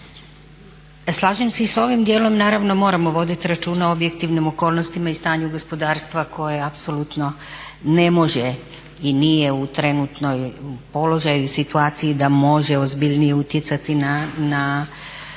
Slažem se i s ovim dijelom, naravno moramo vodit računa o objektivnim okolnostima i stanju gospodarstva koje apsolutno ne može i nije u trenutnom položaju, situaciji da može ozbiljnije utjecati na